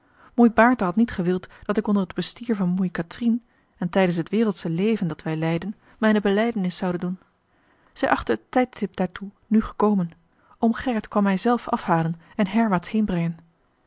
moei baerte had niet gewild dat ik onder het bestier van moei catrine en tijdens het wereldsche leven dat wij leidden mijne belijdenis zoude doen zij achtte het tijdstip daartoe nu gekomen oom gerrit kwam mij zelf afhalen en herwaarts heen